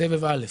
בסבב א'.